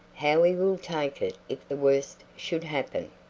how he will take it if the worst should happen.